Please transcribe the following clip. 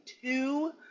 two